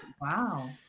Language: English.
Wow